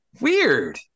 Weird